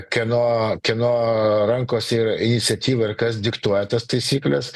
kieno kieno rankose yra iniciatyva ir kas diktuoja tas taisykles